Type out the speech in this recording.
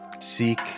seek